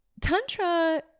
Tantra